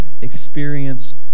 experience